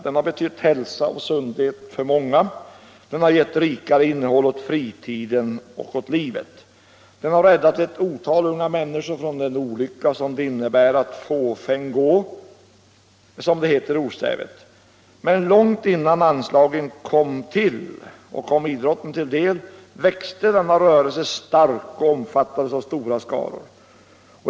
Den har betytt hälsa och sundhet för många, den har givit ett rikare innehåll åt fritiden och livet. Den har räddat ett otal unga människor från den olycka som det innebär att fåfäng gå, som det heter i ordstävet. Men långt innan anslagen kom idrotten till del växte rörelsen starkt och omfattades av stora skaror.